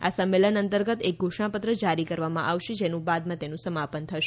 આ સંમેલન અંતર્ગત એક ઘોષણાપત્ર જારી કરવામાં આવશે અને બાદમાં તેનું સમાપન થશે